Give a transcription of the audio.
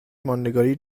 ماندگاری